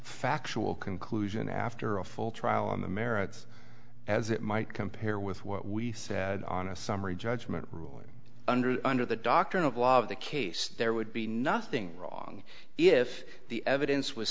factual conclusion after a full trial on the merits as it might compare with what we said on a summary judgment ruling under the under the doctrine of law of the case there would be nothing wrong if the evidence was